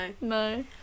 no